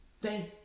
Thank